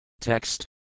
Text